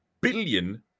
billion